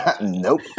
Nope